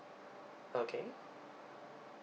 okay